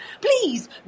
Please